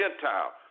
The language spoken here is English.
Gentile